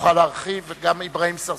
תוכל להרחיב, גם אברהים צרצור.